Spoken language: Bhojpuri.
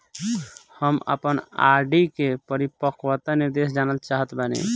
हम आपन आर.डी के परिपक्वता निर्देश जानल चाहत बानी